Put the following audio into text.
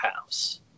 house